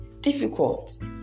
difficult